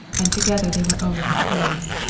and together they went over her clothes.